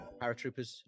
paratroopers